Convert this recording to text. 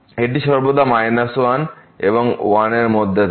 এটি সর্বদা 1 এবং 1 এর মধ্যে থাকে